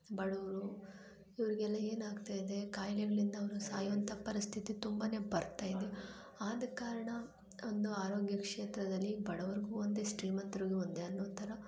ಬಡವರು ಇವ್ರಿಗೆಲ್ಲ ಏನು ಆಗ್ತಾ ಇದೆ ಕಾಯಿಲೆಗಳಿಂದ ಅವರು ಸಾಯುವಂಥ ಪರಿಸ್ಥಿತಿ ತುಂಬಾ ಬರ್ತಾ ಇದೆ ಆದ ಕಾರಣ ಒಂದು ಆರೋಗ್ಯ ಕ್ಷೇತ್ರದಲ್ಲಿ ಬಡವ್ರಿಗೂ ಒಂದೇ ಶ್ರೀಮಂತ್ರಿಗೂ ಒಂದೇ ಅನ್ನೋ ಥರ